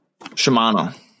Shimano